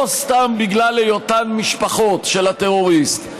לא סתם בגלל היותן משפחות של הטרוריסט,